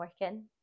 working